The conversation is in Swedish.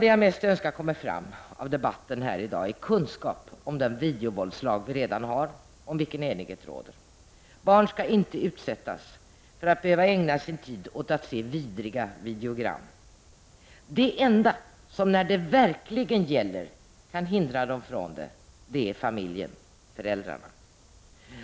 Det jag mest önskar skall komma fram av debatten här i dag är kunskap om den videovåldslag vi redan har och om vilken enighet råder. Barn skall inte utsättas för att ägna sin tid åt att se vidriga videogram. De enda som när det verkligen gäller kan hindra dem från det är familjen, dvs. föräldrarna.